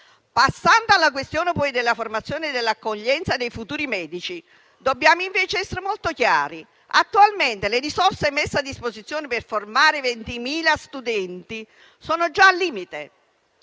Passando alla questione, poi, della formazione e dell'accoglienza dei futuri medici, dobbiamo invece essere molto chiari: attualmente le risorse messe a disposizione per formare 20.000 studenti sono già al limite;